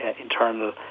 internal